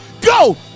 go